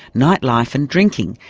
nightlife and drinking,